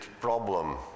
problem